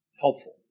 helpful